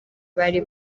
bari